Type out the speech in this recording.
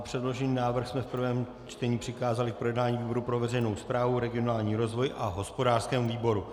Předložený návrh jsme v prvém čtení přikázali k projednání výboru pro veřejnou správu a regionální rozvoj a hospodářskému výboru.